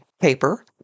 paper